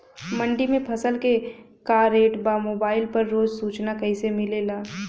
मंडी में फसल के का रेट बा मोबाइल पर रोज सूचना कैसे मिलेला?